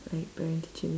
like parent teacher